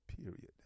period